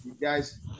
guys